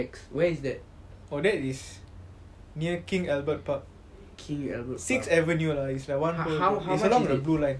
oh that is near king albert park sixth avenue lah it's like one long it's on the blue line